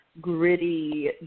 gritty